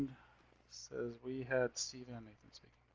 says we have steven and nathan speaking.